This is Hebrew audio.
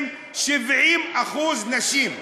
מהם, חברים, 70% נשים.